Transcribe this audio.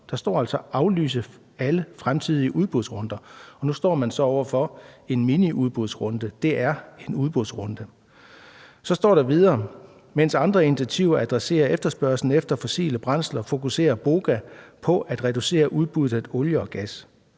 Der står altså, at vi »aflyser alle fremtidige udbudsrunder«, og nu står vi så over for en miniudbudsrunde. Det er en udbudsrunde. Så står der videre: »Mens andre initiativer adresserer efterspørgslen efter fossile brændsler, fokuserer BOGA på at reducere udbuddet af olie og gas.